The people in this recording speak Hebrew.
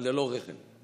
אבל ללא רחם.